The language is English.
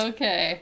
Okay